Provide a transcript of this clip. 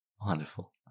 Wonderful